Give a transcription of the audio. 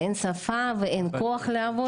אין שפה, ואין כוח לעבוד